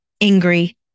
angry